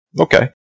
Okay